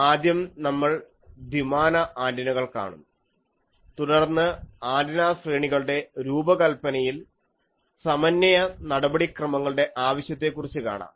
ആദ്യം നമ്മൾ ദ്വിമാന ആൻറിനകൾ കാണും തുടർന്ന് ആൻറിന ശ്രേണികളുടെ രൂപകല്പനയിൽ സമന്വയ നടപടിക്രമങ്ങളുടെ ആവശ്യത്തെക്കുറിച്ച് കാണാം